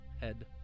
head